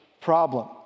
problem